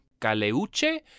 Caleuche